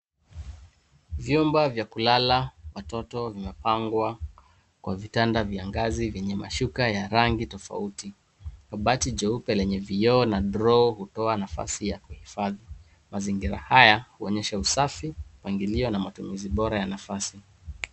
Vyumba vya kulala watoto vimepangwa kwa vitanda vya ngazi vyenye mashuka ya rangi tofauti. Mabati jeupe lenye vioo na draw hutoa nafasi ya kuhifadhi. Mazingira haya, huonyesha usafi, mpangilio na matumizi bora ya nafasi.